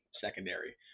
secondary